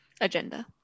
agenda